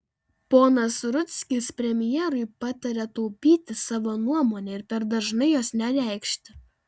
ponas rudzkis premjerui pataria taupyti savo nuomonę ir per dažnai jos nereikšti